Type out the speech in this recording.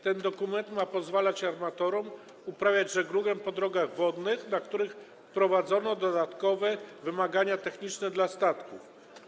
Ten dokument ma pozwalać armatorom uprawiać żeglugę po drogach wodnych, w odniesieniu do których wprowadzono dodatkowe wymagania techniczne dla statków.